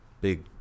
big